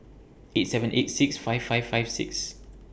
eight seven eight six five five five six